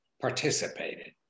participated